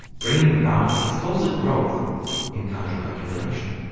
bringing about explosive growth in cultural accumulation.